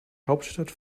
hauptstadt